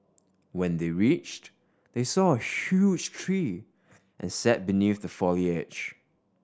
when they reached they saw a huge tree and sat beneath the foliage